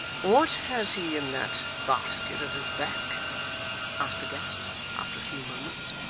what has he in that basket at his back asked the guest after a few moments,